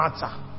matter